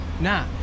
Nah